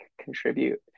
contribute